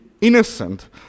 innocent